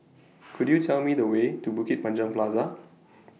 Could YOU Tell Me The Way to Bukit Panjang Plaza